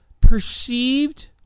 perceived